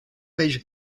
page